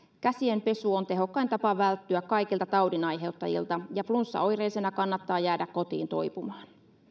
käsien pesu on tehokkain tapa välttyä kaikilta taudinaiheuttajilta ja flunssaoireisena kannattaa jäädä kotiin toipumaan